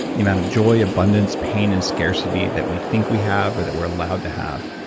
the amount of joy, abundance, pain, and scarc ity that we think we have, or that we're allowed to have.